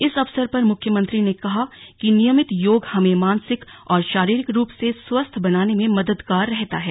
इस अवसर पर मुख्यमंत्री ने कहा कि नियमित योग हमें मानसिक और शारीरिक रूप से स्वस्थ बनाने में मददगार रहता है